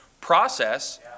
process